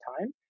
time